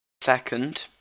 second